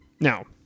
Now